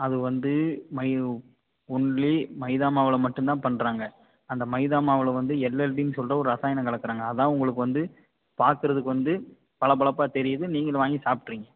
அது வந்து மை ஒன்லி மைதா மாவில் மட்டும்தான் பண்ணுறாங்க அந்த மைதா மாவில் வந்து எல்எல்டின்னு சொல்கிற ஒரு ரசாயனம் கலக்கிறாங்க அதுதான் உங்களுக்கு வந்து பார்க்கறதுக்கு வந்து பளபளப்பாக தெரியுது நீங்களும் வாங்கி சாப்பிட்றீங்க